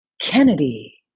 Kennedy